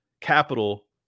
capital